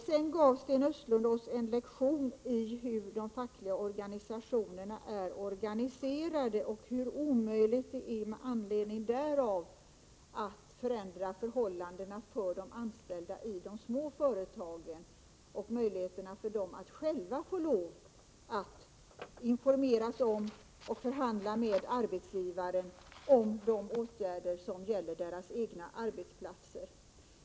Sedan gav Sten Östlund en lektion i hur de fackliga organisationerna är organiserade och hur omöjligt det är med anledning därav att förändra förhållandena för de anställda i de små företagen och möjligheterna för dem att själva få lov att informera sig och förhandla med arbetsgivaren om de åtgärder som gäller deras egna arbetsplatser.